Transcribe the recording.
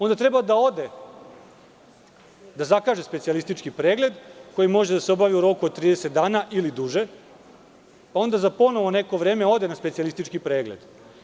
Onda treba da ode i zakaže specijalistički pregled koji može da se obavi u roku od 30 dana ili duže, pa onda ponovo za neko vreme da ode na specijalistički pregled.